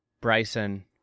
Bryson